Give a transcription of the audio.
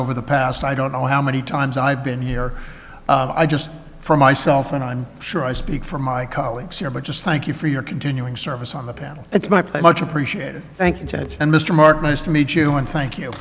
over the past i don't know how many times i've been here i just for myself and i'm sure i speak for my colleagues here but just thank you for your continuing service on the panel that's my place much appreciated thank you judge and mr mark nice to meet you and thank you